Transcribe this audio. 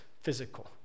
physical